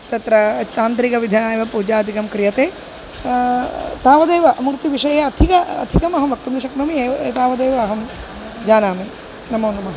तत्र तान्त्रिक विधिना एव पूजादिकं क्रियते तावदेव मूर्तिविषये अधिकम् अधिकमहं वक्तुं न शक्नोमि एव एतावदेव अहं जानामि नमोनमः